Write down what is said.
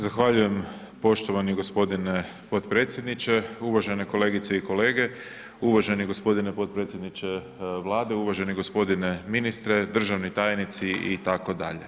Zahvaljujem poštovani gospodine potpredsjedniče, uvažene kolegice i kolege, uvaženi gospodine potpredsjedniče Vlade, uvaženi gospodine ministre, državni tajnici itd.